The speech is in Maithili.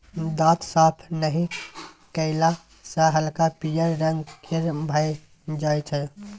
दांत साफ नहि कएला सँ हल्का पीयर रंग केर भए जाइ छै